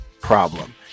problem